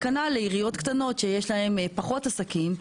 כנ"ל לעיריות קטנות שיש להן פחות עסקים,